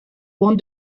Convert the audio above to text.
want